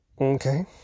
okay